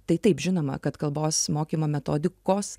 tai taip žinoma kad kalbos mokymo metodikos